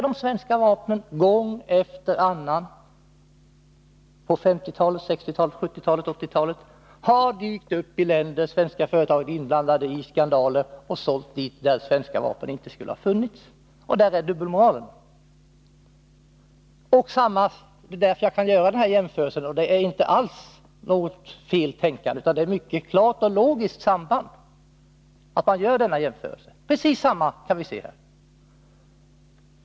De svenska vapnen har gång efter annan — på 1950-talet, 1960-talet, 1970-talet och 1980-talet — dykt upp i länder där svenska vapen inte borde ha funnits. Svenska företag har varit inblandade i skandaler, där det visat sig att de sålt vapen till länder som inte borde ha fått köpa. Det är dubbelmoralen. Detsamma kan vi se på kärnteknologins område — det är därför jag kan göra den här jämförelsen. Den är inte alls uttryck för något felaktigt tänkande, utan här föreligger ett mycket klart och logiskt samband.